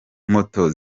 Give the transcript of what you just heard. moto